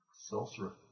Sorcerer